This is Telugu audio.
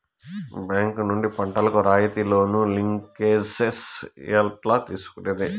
బ్యాంకు నుండి పంటలు కు రాయితీ లోను, లింకేజస్ ఎట్లా తీసుకొనేది?